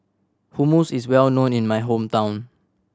hummus is well known in my hometown